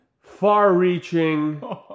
far-reaching